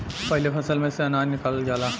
पाहिले फसल में से अनाज निकालल जाला